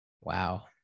Wow